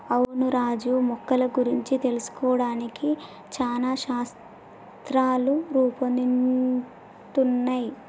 అవును రాజు మొక్కల గురించి తెలుసుకోవడానికి చానా శాస్త్రాలు రూపొందుతున్నయ్